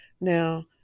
Now